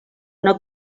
una